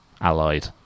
allied